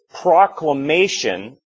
proclamation